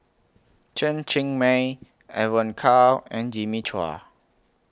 Chen Cheng Mei Evon Kow and Jimmy Chua